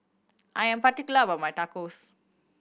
I am particular about my Tacos